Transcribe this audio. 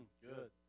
Good